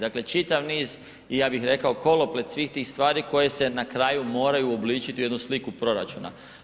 Dakle čitav niz, i ja bih rekao, koloplet svih tih stvari koje se na kraju moraju uobličiti u jednu sliku proračuna.